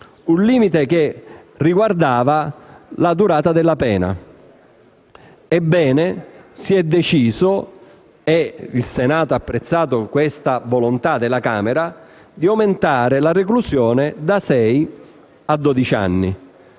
un limite che riguardava la durata della pena. Ebbene, si è deciso - e il Senato ha apprezzato la volontà della Camera - di aumentare la reclusione da sei a dodici anni.